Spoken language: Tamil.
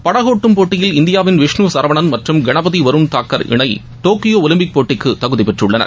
படகோட்டும் போட்டியில் இந்தியாவின் விஷ்ணு சரவணன் மற்றும் கணபதி வருண் தக்கர் இணை டோக்கியோ ஓலிம்பிக் போட்டிக்கு தகுதி பெற்றுள்ளனர்